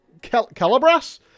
Calabras